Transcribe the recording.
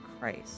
Christ